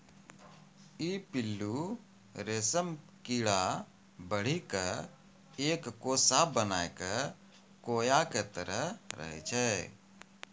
ई पिल्लू रेशम कीड़ा बढ़ी क एक कोसा बनाय कॅ कोया के तरह रहै छै